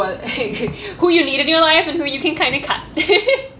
who you need in your life and who you can kind of cut